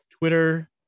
Twitter